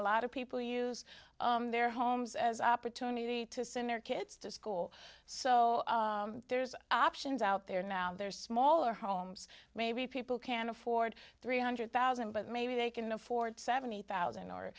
a lot of people use their homes as opportunity to send their kids to school so there's options out there now they're smaller homes maybe people can afford three hundred thousand but maybe they can afford seventy thousand or